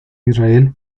israel